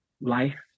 life